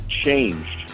changed